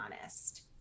honest